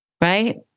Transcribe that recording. right